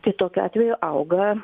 tai tokiu atveju auga